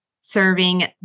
serving